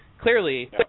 Clearly